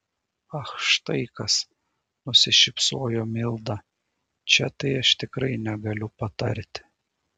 ach štai kas nusišypsojo milda čia tai aš tikrai negaliu patarti